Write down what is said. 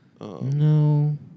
No